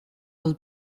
los